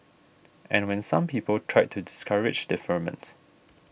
and when some people tried to discourage deferment